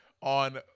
on